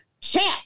champ